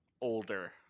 older